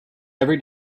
every